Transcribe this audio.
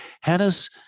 Hannah's